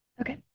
Okay